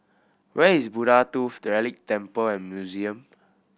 where is Buddha Tooth Relic Temple and Museum